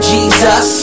Jesus